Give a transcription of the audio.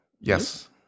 Yes